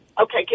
Okay